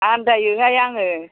आन्दायोहाय आङो